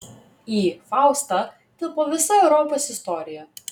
į faustą tilpo visa europos istorija